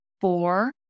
four